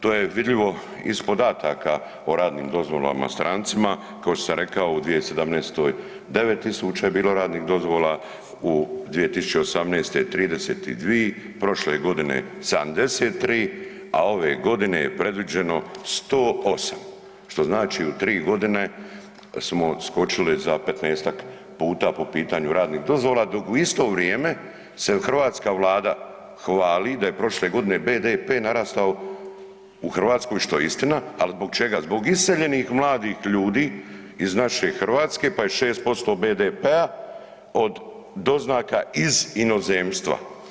To je vidljivo iz podataka o radnim dozvolama strancima, kao što sam rekao u 2017. 9000 je bilo radnih dozvola, u 2018. 32000, prošle godine 73, a ove godine je predviđeno 108, što znači u 3.g. smo odskočili za 15-tak puta po pitanju radnih dozvola, dok u isto vrijeme se hrvatska vlada hvali da je prošle godine BDP narastao u Hrvatskoj, što je istina, ali zbog čega, zbog iseljenih mladih ljudi iz naše Hrvatske, pa je 6% BDP-a od doznaka iz inozemstva.